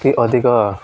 କି ଅଧିକ